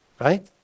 right